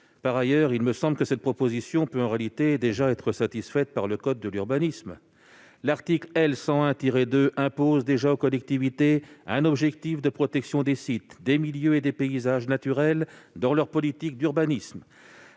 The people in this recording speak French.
Par ailleurs, il me semble que cette proposition est en réalité satisfaite par le code de l'urbanisme. L'article L. 101-2 dudit code impose déjà aux collectivités un objectif de protection des sites, des milieux et des paysages naturels dans leurs politiques d'urbanisme.